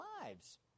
lives